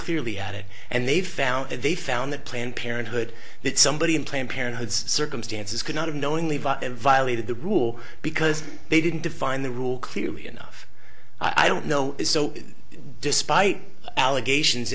clearly at it and they found that they found that planned parenthood that somebody in planned parenthood's circumstances could not have knowingly violated the rule because they didn't define the rule clearly enough i don't know it so despite allegations